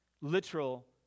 literal